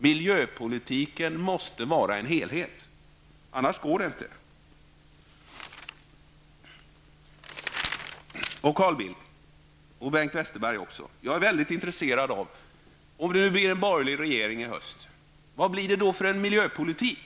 Miljöpolitiken måste vara en helhet, annars går det inte. Jag är, Carl Bildt och Bengt Westerberg, mycket intresserad av att veta vad det blir för miljöpolitik om det blir en borgerlig regering i höst.